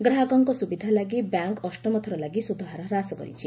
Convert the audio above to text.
ଗ୍ରାହକଙ୍କ ସୁବିଧା ଲାଗି ବ୍ୟାଙ୍କ ଅଷ୍ଟମଥର ଲାଗି ସୁଧହାର ହ୍ରାସ କରିଛି